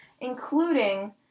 including